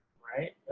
right.